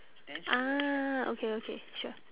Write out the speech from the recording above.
ah okay okay sure